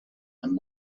and